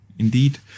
Indeed